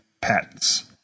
patents